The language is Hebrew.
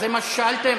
זה מה ששאלתם?